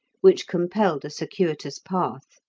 which compelled a circuitous path.